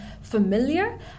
familiar